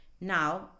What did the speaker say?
Now